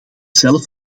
zelf